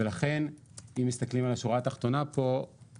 לכן אם מסתכלים על השורה התחתונה פה,